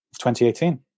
2018